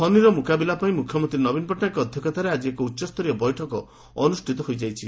ଫନୀର ମୁକାବିଲା ପାଇଁ ମୁଖ୍ୟମନ୍ତୀ ନବୀନ ପଟ୍ଟନାୟକଙ୍କ ଅଧ୍ୟକ୍ଷତାରେ ଆକି ଏକ ଉଚ୍ଚସ୍ତରୀୟ ବୈଠକ ଅନୁଷ୍ଷିତ ହୋଇଯାଇଛି